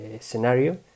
scenario